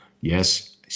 yes